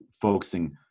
focusing